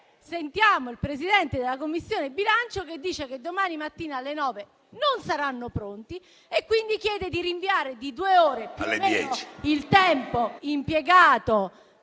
due ore, il Presidente della Commissione bilancio dice che domani mattina alle ore 9 non saranno pronti e quindi chiede un rinvio di due ore, più o meno il tempo impiegato